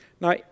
Now